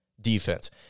defense